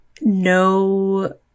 no